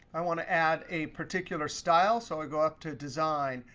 i want to add a particular style, so i go up to design.